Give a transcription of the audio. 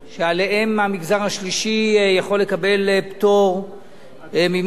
שעליהן המגזר השלישי יכול לקבל פטור ממס,